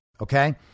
okay